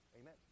amen